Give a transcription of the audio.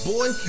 Boy